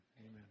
Amen